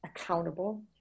accountable